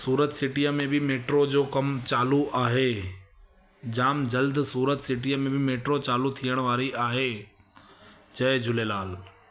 सूरत सिटीअ में बि मेट्रो जो कमु चालू आहे जाम जल्दु सूरत सिटीअ में बि मेट्रो चालू थियणु वारी आहे जय झूलेलाल